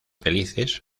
felices